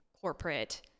corporate